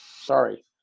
Sorry